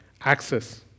Access